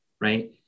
right